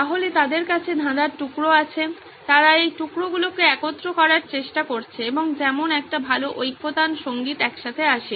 তাহলে তাদের কাছে ধাঁধার টুকরো আছে তারা এই টুকরোগুলোকে একত্র করার চেষ্টা করছে এবং যেমন একটি ভালো ঐক্যতান সংগীত একসাথে আসে